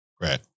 Right